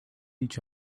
each